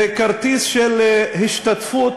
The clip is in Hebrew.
זה כרטיס של השתתפות